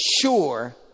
sure